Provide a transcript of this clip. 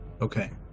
Okay